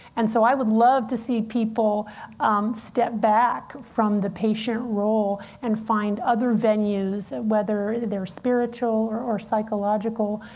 and so i would love to see people step back from the patient role and find other venues, whether they're spiritual or or psychological,